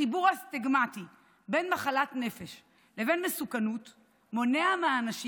החיבור הסטיגמטי בין מחלת נפש לבין מסוכנות מונע מאנשים